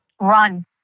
Run